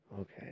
Okay